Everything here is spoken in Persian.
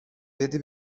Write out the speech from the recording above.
بده